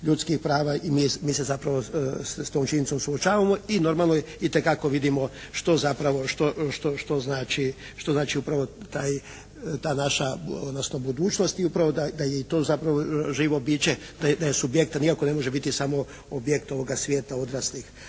ljudskih prava. I mi se zapravo sa tom činjenicom suočavamo. I normalno itekako vidimo što zapravo, što znači upravo ta naša odnosno budućnost i upravo da je i to zapravo živo biće, da je subjekt, da nikako ne može biti samo objekt ovoga svijeta odraslih.